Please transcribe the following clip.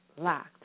locked